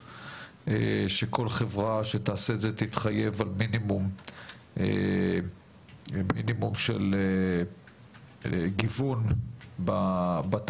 שכל חברה שתעשה את זה תתחייב על מינימום של גיוון בתעסוקה.